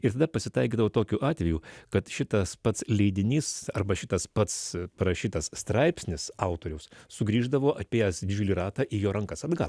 ir tada pasitaikydavo tokių atvejų kad šitas pats leidinys arba šitas pats parašytas straipsnis autoriaus sugrįždavo apėjęs didžiulį ratą į jo rankas atgal